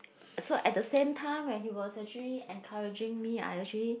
so at the same time when he was actually encouraging me I actually